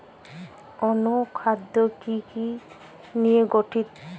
অনুখাদ্য কি কি নিয়ে গঠিত?